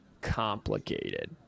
complicated